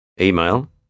Email